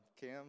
Cam